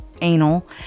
anal